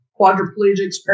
quadriplegics